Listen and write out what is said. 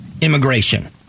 immigration